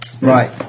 Right